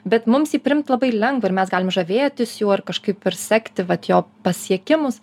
bet mums jį priimt labai lengva ir mes galim žavėtis juo ar kažkaip ir sekti vat jo pasiekimus